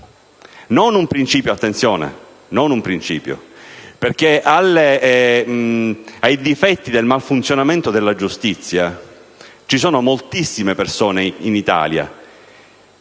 non un principio, attenzione, perché ai difetti del malfunzionamento della giustizia ci sono moltissime persone in Italia